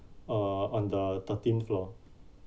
uh on the thirteenth floor